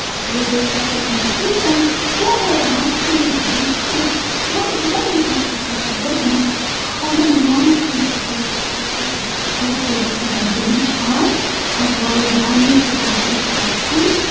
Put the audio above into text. ah porters, doctors nurses. and what we are asking them is, what what we want to find out are what are the most common nonclinical safety practices that healthcare workers identify as low value for patient safety.